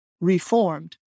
reformed